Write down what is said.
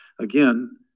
again